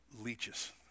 leeches